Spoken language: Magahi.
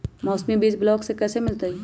मौसमी बीज ब्लॉक से कैसे मिलताई?